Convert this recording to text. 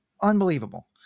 unbelievable